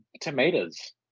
tomatoes